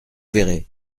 verrez